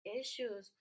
issues